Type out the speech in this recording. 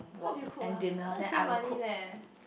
how do you cook ah I want to save money leh